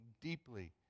deeply